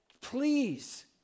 Please